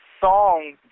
song